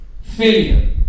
failure